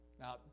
Now